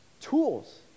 Tools